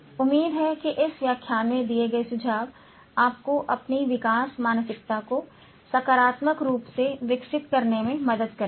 उम्मीद है कि इस व्याख्यान में दिए गए सुझाव आपको अपनी विकास मानसिकता को सकारात्मक रूप से विकसित करने में मदद करेंगे